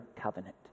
covenant